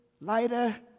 lighter